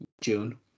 June